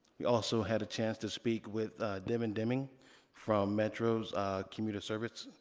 we also had a chance to speak with devon deming from metro's commuter service,